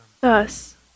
Thus